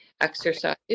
exercise